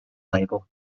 label